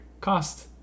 cost